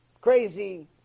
crazy